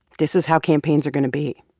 this is how campaigns are going to be